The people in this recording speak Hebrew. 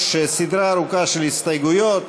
יש סדרה ארוכה של הסתייגויות.